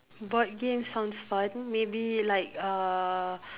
board games sounds fun maybe like uh